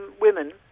women